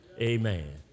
Amen